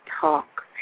talk